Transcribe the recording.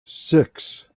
six